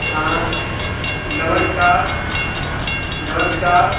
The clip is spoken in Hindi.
हाँ नमस्कार नमस्कार